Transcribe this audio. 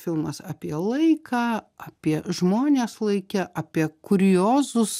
filmas apie laiką apie žmones laike apie kuriozus